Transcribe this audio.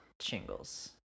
shingles